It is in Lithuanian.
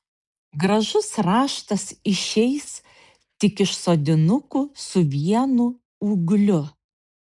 gražus raštas išeis tik iš sodinukų su vienu ūgliu